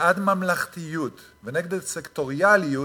בעד ממלכתיות ונגד הסקטוריאליות,